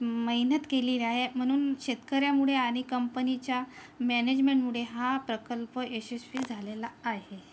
मेहनत केली आहे म्हणून शेतकऱ्यामुळे आणि कंपनीच्या मॅनेजमेंटमुळे हा प्रकल्प यशस्वी झालेला आहे